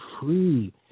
free